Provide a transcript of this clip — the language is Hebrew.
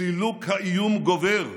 סילוק האיום גובר,